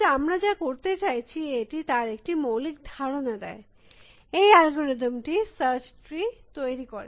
কিন্তু আমরা যা করতে চাইছি এটি তার একটি মৌলিক ধারণা দেয় এই অ্যালগরিদম টি সার্চ ট্রি তৈরী করে